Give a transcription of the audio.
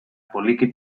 poliki